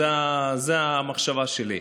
זו המחשבה שלי.